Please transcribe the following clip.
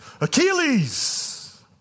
Achilles